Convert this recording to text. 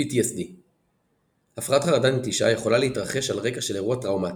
PTSD הפרעת חרדת נטישה יכולה להתרחש על רקע של אירוע טראומטי.